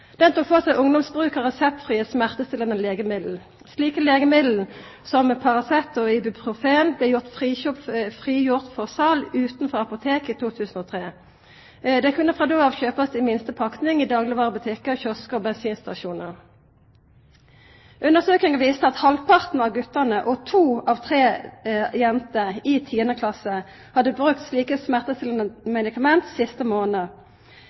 tok for seg ungdoms bruk av reseptfrie smertestillande legemiddel. Slike legemiddel, som Paracet og Ibuprofen, blei frigjorde for sal utanfor apotek i 2003. Dei kunne frå då av kjøpast i minste pakning i daglegvarebutikkar, kioskar og bensinstasjonar. Undersøkinga viste at halvparten av gutane og to av tre jenter i 10. klasse hadde brukt slike smertestillande medikament siste